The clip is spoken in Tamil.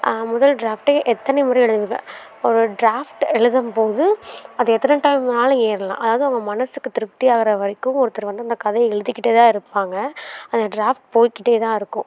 முதல் ட்ராஃப்ட்டு எத்தனைமுறை எழுதுவன் ஒரு ட்ராஃப்ட் எழுதும்போது அது எத்தனை டைம் வேணாலும் ஏறலாம் அதாவது அவங்க மனசுக்கு திருப்தி ஆகர வரைக்கும் ஒருத்தர் வந்து அந்த கதையை எழுதிகிட்டேதான் இருப்பாங்க அந்த ட்ராஃப்ட் போய்கிட்டே தான் இருக்கும்